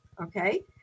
okay